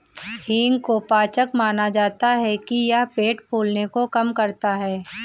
हींग को पाचक माना जाता है कि यह पेट फूलने को कम करता है